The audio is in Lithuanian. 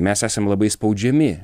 mes esam labai spaudžiami